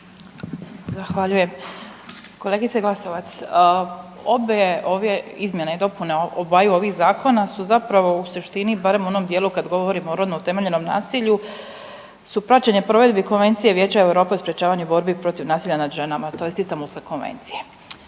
Zahvaljujem. Kolegice Glasovac, obje ove izmjene i dopune obaju ovih zakona su zapravo u suštini, barem u onom dijelu kad govorimo o rodno utemeljenom nasilju, su praćenje provedbi Konvencije Vijeća Europe o sprječavanju borbi protiv nasilja nad ženama tj. Istambulske konvencije.